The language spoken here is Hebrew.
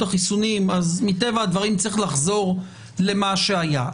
החיסונים אז מטבע הדברים צריך לחזור למה שהיה.